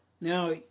Now